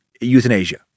euthanasia